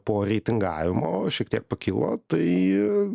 po reitingavimo šiek tiek pakilo tai